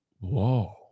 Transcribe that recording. Whoa